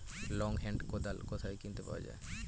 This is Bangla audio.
লং হেন্ড কোদাল কোথায় কিনতে পাওয়া যায়?